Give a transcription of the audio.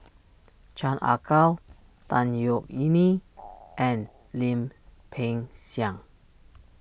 Chan Ah Kow Tan Yeok Yee Nee and Lim Peng Siang